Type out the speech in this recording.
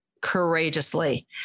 courageously